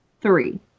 three